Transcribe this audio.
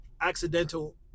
accidental